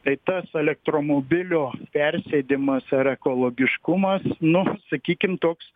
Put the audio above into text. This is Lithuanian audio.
tai tas elektromobilio persėdimas ar ekologiškumas nu sakykim toks